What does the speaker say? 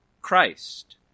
Christ